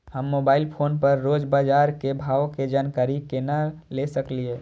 हम mobile phone पर रोज बाजार के भाव के जानकारी केना ले सकलिये?